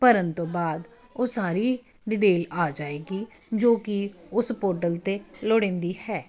ਭਰਨ ਤੋਂ ਬਾਅਦ ਉਹ ਸਾਰੀ ਡਿਟੇਲ ਆ ਜਾਏਗੀ ਜੋ ਕਿ ਉਸ ਪੋਰਟਲ 'ਤੇ ਲੋੜੀਂਦੀ ਹੈ